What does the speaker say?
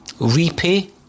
repay